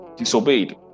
disobeyed